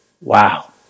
Wow